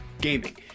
gaming